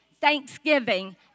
Thanksgiving